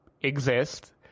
exist